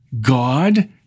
God